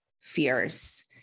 fears